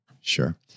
Sure